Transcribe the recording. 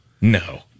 No